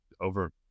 over